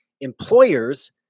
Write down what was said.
Employers